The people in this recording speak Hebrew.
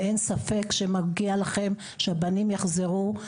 אין ספק שמגיע לכם שהבנים יחזרו.